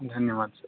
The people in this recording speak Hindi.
धन्यवाद सर